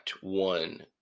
one